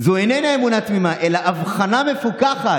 זו איננה אמונה תמימה אלא אבחנה מפוכחת.